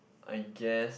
I guess